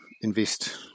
invest